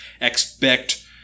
expect